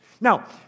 Now